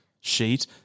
sheet